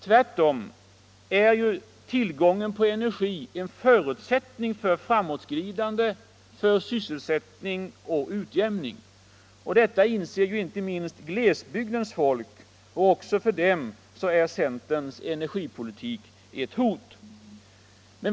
Tvärtom är tillgången på energi förutsättningen för framåtskridande, sysselsättning och utjämning. Detta anser inte minst glesbygdens människor. Också för dem är centerns energipolitik ett hot.